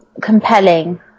Compelling